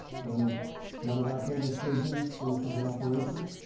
when one of our famous surgeons finishes an operation,